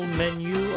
menu